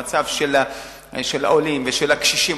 במצב של העולים ושל הקשישים,